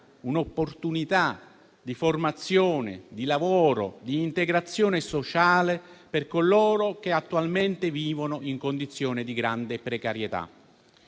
un'opportunità di formazione, di lavoro, di integrazione sociale per coloro che attualmente vivono in condizioni di grande precarietà.